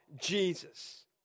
Jesus